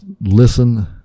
listen